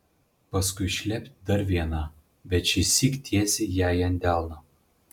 paskui šlept dar viena bet šįsyk tiesiai jai ant delno